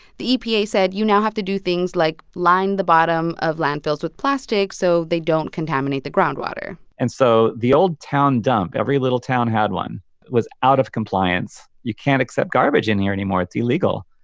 the epa said you now have to do things like line the bottom of landfills with plastic so they don't contaminate the groundwater and so the old town dump every little town had one was out of compliance. you can't accept garbage in here anymore. it's illegal.